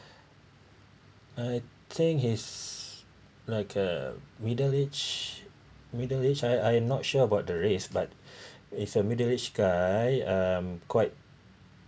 I think he's like a middle aged middle age I I not sure about the race but he's a middle age guy um quite